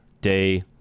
day